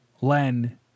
Len